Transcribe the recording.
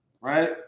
Right